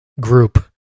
group